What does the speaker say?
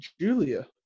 Julia